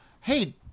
hey